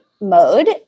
mode